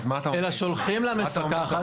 אלא שולחים למפקחת.